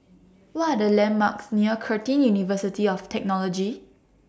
What Are The landmarks near Curtin University of Technology